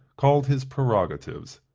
called his prerogatives.